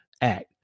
act